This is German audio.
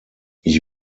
ich